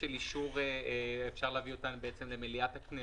של אישור אפשר להביא אותן בעצם למליאת הכנסת,